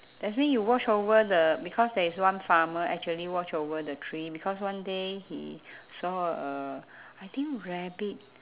that's mean you watch over the because there is one farmer actually watch over the tree because one day he saw a I think rabbit